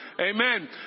Amen